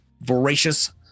Voracious